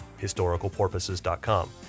historicalporpoises.com